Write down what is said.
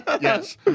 Yes